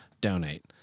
Donate